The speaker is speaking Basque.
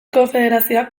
konfederazioak